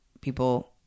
people